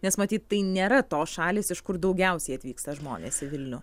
nes matyt tai nėra tos šalys iš kur daugiausiai vyksta žmonės į vilnių